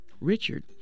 Richard